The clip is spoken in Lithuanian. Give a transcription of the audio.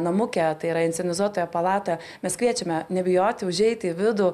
namuke tai yra inscenizuotoje palatoje mes kviečiame nebijoti užeiti į vidų